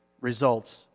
results